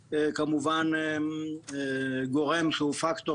אני מודה לך היושב ראש על שנתת לי את זכות הדיבור.